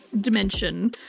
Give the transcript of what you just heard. dimension